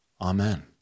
amen